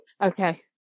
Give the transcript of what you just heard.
Okay